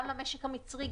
גם למשק המצרי,